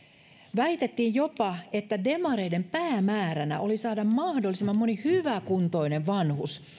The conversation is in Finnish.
väitettiin jopa että demareiden päämääränä oli saada mahdollisimman moni hyväkuntoinen vanhus